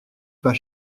pas